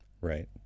right